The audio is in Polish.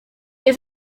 nie